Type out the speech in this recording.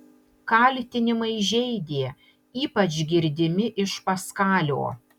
kaltinimai žeidė ypač girdimi iš paskalio